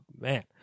Man